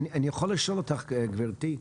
אני רוצה לשאול אותך, גברתי: